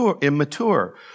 immature